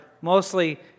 mostly